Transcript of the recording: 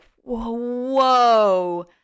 whoa